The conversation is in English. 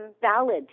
valid